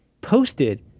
posted